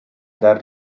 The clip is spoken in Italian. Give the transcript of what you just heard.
dal